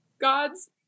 God's